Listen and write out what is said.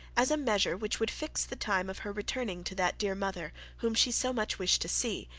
as a measure which would fix the time of her returning to that dear mother, whom she so much wished to see,